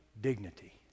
dignity